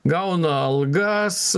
gauna algas